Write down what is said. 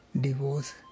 divorce